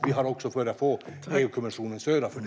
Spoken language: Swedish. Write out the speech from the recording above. Vi har också börjat få EU-kommissionens öra för det.